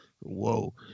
whoa